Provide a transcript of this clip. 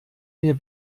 mir